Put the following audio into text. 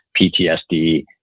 PTSD